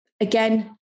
again